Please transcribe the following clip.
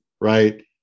right